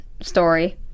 story